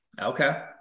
okay